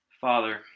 Father